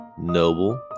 noble